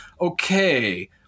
Okay